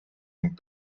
ning